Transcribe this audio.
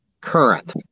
current